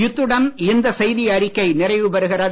இத்துடன் இந்த செய்தியறிக்கை நிறைவுபெறுகிறது